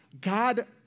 God